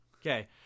Okay